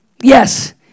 Yes